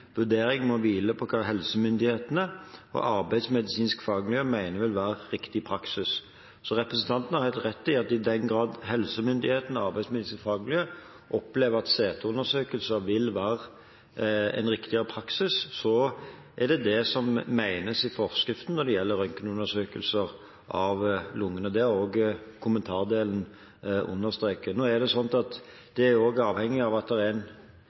må hvile på hva helsemyndighetene og det arbeidsmedisinske fagmiljøet mener vil være riktig praksis.» Så representanten har helt rett i at i den grad helsemyndighetene og arbeidsmedisinsk fagmiljø opplever at CT-undersøkelser vil være en riktigere praksis, er det det som menes i forskriften når det gjelder røntgenundersøkelser av lungene. Det har også kommentardelen understreket. Nå er det sånn at det også er avhengig av at det er